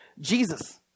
Jesus